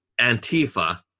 Antifa